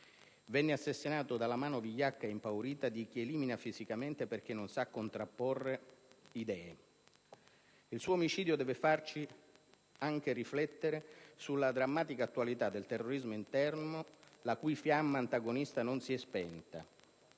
Venne assassinato dalla mano vigliacca e impaurita di chi elimina fisicamente perché non sa contrapporre idee. Il suo omicidio deve farci anche riflettere sulla drammatica attualità del terrorismo interno, la cui fiamma antagonista non si è spenta